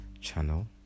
channel